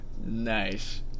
Nice